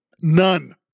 None